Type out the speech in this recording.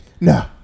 No